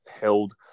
held